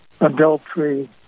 adultery